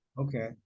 Okay